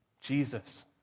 Jesus